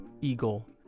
Eagle